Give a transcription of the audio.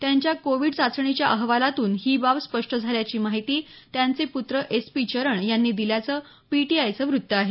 त्यांच्या कोविड चाचणीच्या अहवालातून ही बाब स्पष्ट झाल्याची माहिती त्यांचे पुत्र एस पी चरण यांनी दिल्याचं पीटीआयचं वृत्त आहे